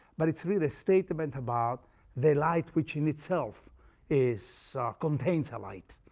but it's really a statement about the light which in itself is ah contains a light.